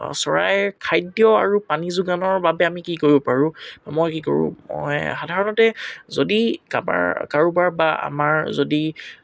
চৰাই খাদ্য আৰু পানী যোগানৰ বাবে আমি কি কৰিব পাৰোঁ মই কি কৰোঁ মই সাধাৰণতে যদি কাৰোবাৰ কাৰোবাৰ বা আমাৰ যদি